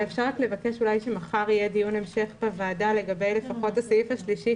אפשר לבקש שמחר יהיה דיון המשך בוועדה לגבי הסעיף השלישי